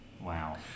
Wow